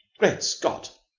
great scott,